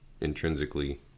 intrinsically